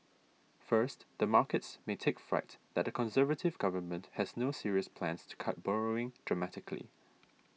first the markets may take fright that a Conservative government has no serious plans to cut borrowing dramatically